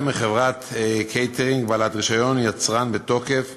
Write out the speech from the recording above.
מחברת קייטרינג בעלת רישיון יצרן בתוקף